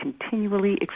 continually